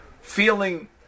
feeling